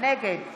נגד